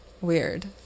Weird